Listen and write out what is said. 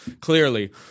clearly